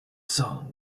son